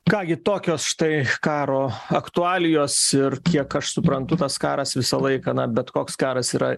ką gi tokios štai karo aktualijos ir kiek aš suprantu tas karas visą laiką na bet koks karas yra